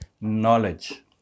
knowledge